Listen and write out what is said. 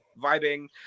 vibing